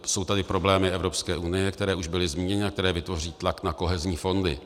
Jsou tady problémy Evropské unie, které už byly zmíněny a které vytvoří tlak na kohezní fondy.